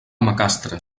macastre